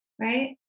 right